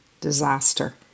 disaster